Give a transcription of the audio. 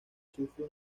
sufre